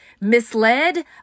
misled